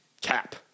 Cap